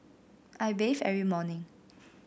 I bathe every morning